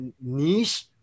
niche